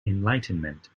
enlightenment